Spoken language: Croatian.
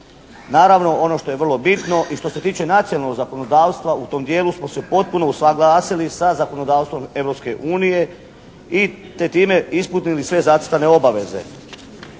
Naravno ono što je vrlo bitno i što se tiče nacionalnog zakonodavstva, u tom dijelu smo se potpuno usaglasili sa zakonodavstvom Europske unije te time ispunili sve zacrtane obaveze.